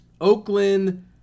Oakland